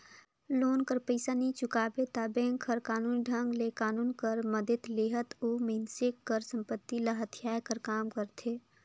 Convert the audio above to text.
loan कर पइसा नी चुकाबे ता बेंक हर कानूनी ढंग ले कानून कर मदेत लेहत ओ मइनसे कर संपत्ति ल हथियाए कर काम करथे